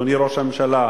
אדוני ראש הממשלה,